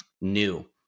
new